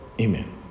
Amen